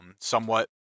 Somewhat